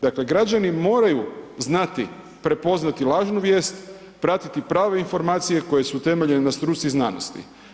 Dakle, građani moraju znati prepoznati lažnu vijest, pratiti prave informacije koje su utemeljene na struci i znanosti.